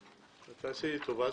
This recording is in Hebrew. --- תעשה לי טובה,